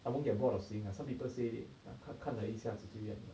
I won't get bored of seeing uh some people say it 看看了一下子就厌了